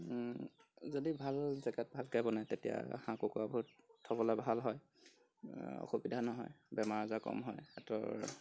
যদি ভাল জেগাত ভালকৈ বনায় তেতিয়া হাঁহ কুকুৰাবোৰ থ'বলৈ ভাল হয় অসুবিধা নহয় বেমাৰ আজাৰ কম হয় সিহঁতৰ